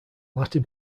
latin